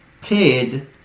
paid